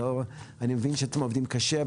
אני מבין שאתם עובדים קשה,